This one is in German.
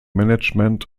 management